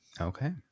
Okay